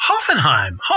Hoffenheim